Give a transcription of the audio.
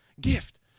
gift